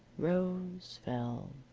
rose, fell,